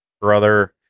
brother